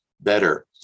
better